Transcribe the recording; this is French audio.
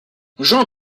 jean